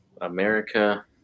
America